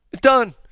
done